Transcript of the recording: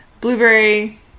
Blueberry